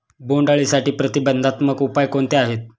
बोंडअळीसाठी प्रतिबंधात्मक उपाय कोणते आहेत?